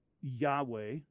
Yahweh